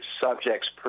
subjects